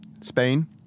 Spain